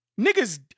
Niggas